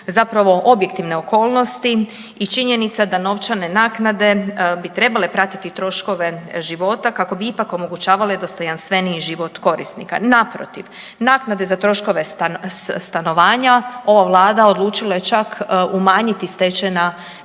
zapravo objektivne okolnosti i činjenica da novčane naknade bi trebale pratiti troškove života, kako bi ipak omogućavale dostojanstveniji život korisnika. Naprotiv, naknade za troškove stanovanja, ova Vlada odlučila je čak umanjiti stečena